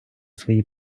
свої